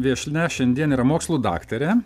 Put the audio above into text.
viešnia šiandien yra mokslų daktarė